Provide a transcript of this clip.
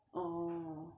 orh